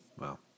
Wow